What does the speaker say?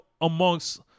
amongst